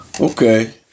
Okay